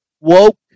woke